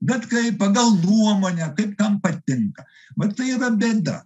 bet kai pagal nuomonę kaip kam patinka vat tai yra bėda